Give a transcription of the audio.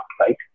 right